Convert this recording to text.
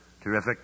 Terrific